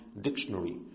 dictionary